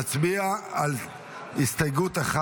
נצביע על הסתייגות 1